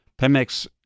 Pemex